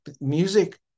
music